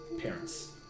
parents